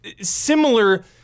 similar